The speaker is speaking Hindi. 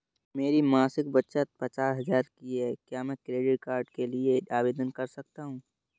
मेरी मासिक बचत पचास हजार की है क्या मैं क्रेडिट कार्ड के लिए आवेदन कर सकता हूँ?